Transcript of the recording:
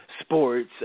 sports